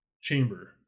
chamber